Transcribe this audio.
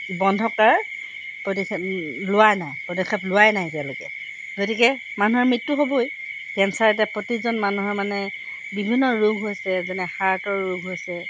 বন্ধ কৰাৰ পদখে লোৱা নাই পদক্ষেপ লোৱাই নাই এতিয়ালৈকে গতিকে মানুহৰ মৃত্যু হ'বই কেঞ্চাৰ এটা প্ৰতিজন মানুহৰ মানে বিভিন্ন ৰোগ হৈছে যেনে হাৰ্টৰ ৰোগ হৈছে